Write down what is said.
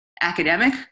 academic